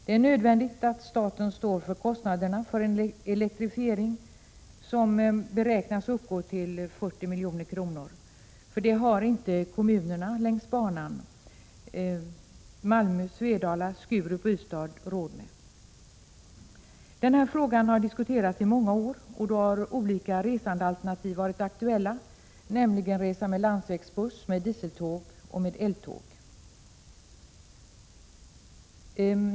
Det är nödvändigt att staten står för kostnaderna för en elektrifiering — som beräknas uppgå till 40 milj.kr. — för det har inte kommunerna längs banan Malmö—Svedala—Skurup— Ystad råd med. Den här frågan har diskuterats i många år. Olika resandealternativ har varit aktuella, nämligen resa med landsvägsbuss, med dieseltåg och med eltåg.